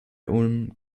ulm